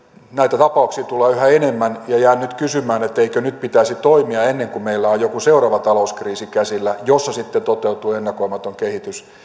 näitä tapauksia tulee yhä enemmän ja jään nyt kysymään eikö nyt pitäisi toimia ennen kuin meillä on joku seuraava talouskriisi käsillä jossa sitten toteutuu ennakoimaton kehitys